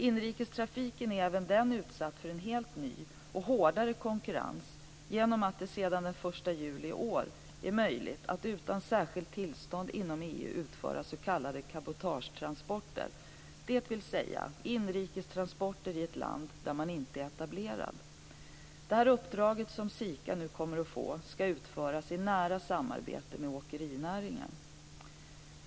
Inrikestrafiken är även den utsatt för en helt ny och hårdare konkurrens genom att det sedan den 1 juli i år är möjligt att utan särskilt tillstånd inom EU utföra s.k. cabotagetransporter, dvs. inrikestransporter i ett land där man inte är etablerad. Det uppdrag som SI KA nu kommer att få skall utföras i nära samarbete med åkerinäringen.